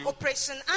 Operation